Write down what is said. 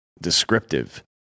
descriptive